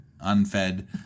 unfed